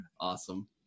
Awesome